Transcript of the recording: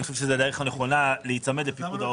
אני חושב שזו הדרך הנכונה, להיצמד לפיקוד העורף.